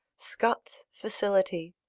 scott's facility,